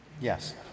Yes